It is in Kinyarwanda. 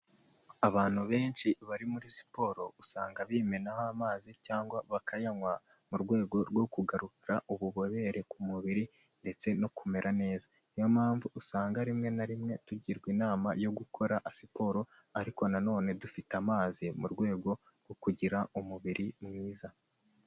Abantu benshi bari muri siporo usanga bimenaho amazi cyangwa bakayanywa mu rwego rwo kugarura ububobere ku mubiri ndetse no kumera neza niyo mpamvu usanga rimwe na rimwe tugirwa inama yo gukora siporo ariko nanone dufite amazi mu rwego rwo kugira umubiri mwiza.